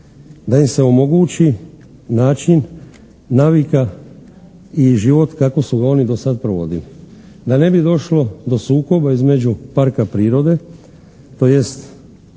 da im se omogući način, navika i život kako su ga oni do sada provodili da ne bi došlo do sukoba između parka prirode tj.